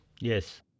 Yes